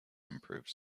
improved